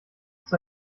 ist